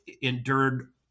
endured